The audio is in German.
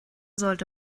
sollte